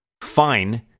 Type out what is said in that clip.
fine